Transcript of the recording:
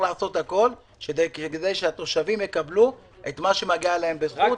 ולעשות הכל כדי שהתושבים יקבלו את מה שמגיע להם בזכות ולא בחסד.